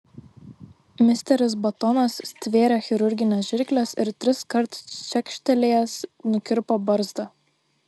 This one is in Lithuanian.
misteris batonas stvėrė chirurgines žirkles ir triskart čekštelėjęs nukirpo barzdą